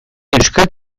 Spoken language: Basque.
euskal